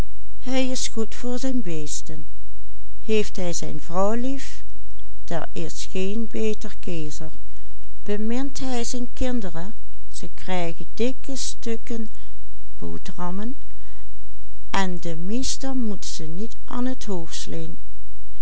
keezer bemint hij zijn kinderen ze krijgen dikke stukken boterhammen en de miester mot ze niet an t